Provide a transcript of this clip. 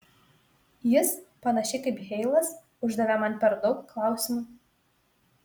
jis panašiai kaip heilas uždavė man per daug klausimų